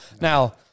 Now